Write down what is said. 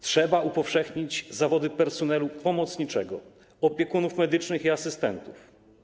Trzeba upowszechnić zawody personelu pomocniczego, opiekunów medycznych i asystentów.